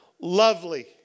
Lovely